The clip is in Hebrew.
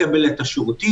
לקבל את השירותים,